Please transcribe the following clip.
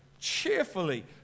cheerfully